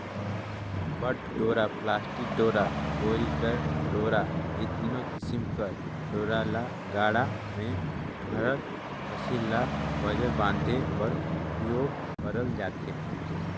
पट डोरा, पलास्टिक डोरा, बोरी कर डोरा ए तीनो किसिम कर डोरा ल गाड़ा मे भराल फसिल ल बंजर बांधे बर उपियोग करल जाथे